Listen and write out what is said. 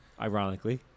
ironically